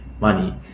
money